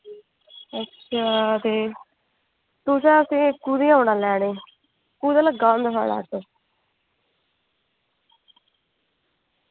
अच्छा ते तुसें असें ई कुत्थें औना लैने गी कुत्थें लग्गे दा होंदा थुआढ़ा ऑटो